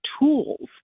tools